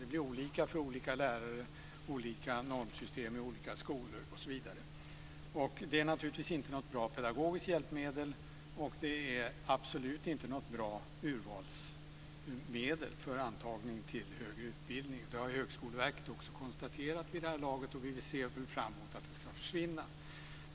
Det blir olika för olika lärare och olika normsystem i olika skolor osv. Det är naturligtvis inte något bra pedagogiskt hjälpmedel, och det är absolut inte något bra urvalsmedel för antagning till högre utbildning. Det har Högskoleverket också konstaterat vid det här laget, och vi ser fram emot att det ska försvinna.